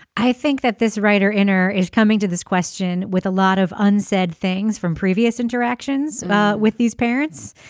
i think that this writer in her is coming to this question with a lot of unsaid things from previous interactions with these parents.